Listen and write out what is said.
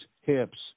hips